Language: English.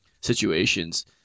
situations